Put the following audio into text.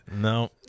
No